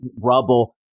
rubble